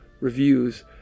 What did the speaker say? reviews